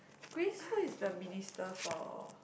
who's who's the minister for